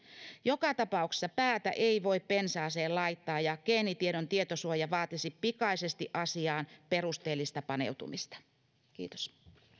joka tapauksessa päätä ei voi pensaaseen laittaa ja geenitiedon tietosuoja vaatisi pikaisesti perusteellista paneutumista asiaan kiitos